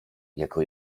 jako